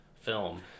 film